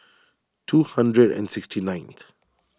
two hundred and sixty ninth